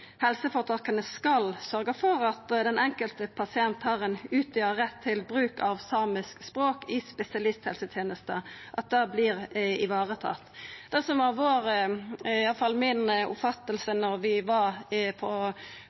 helseføretaka skal sørgja for at den enkelte pasient har ein utvida rett til bruk av samisk språk i spesialisthelsetenesta, og at det vert ivaretatt. Det som var mi oppfatning da vi var på